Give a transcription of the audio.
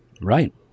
Right